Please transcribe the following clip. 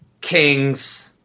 Kings